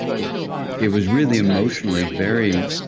it it was really emotionally very